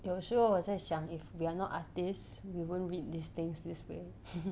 有时候我在想 if we are not artist we won't read these things this way